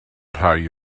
rhai